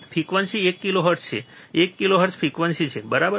frequency એક kilohertz છે એક કિલોહર્ટ્ઝ ફ્રિક્વન્સી છે બરાબર